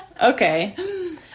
Okay